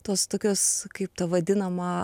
tos tokios kaip ta vadinama